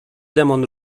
demon